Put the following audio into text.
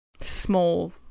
small